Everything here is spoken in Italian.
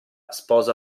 sposa